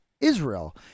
Israel